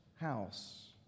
house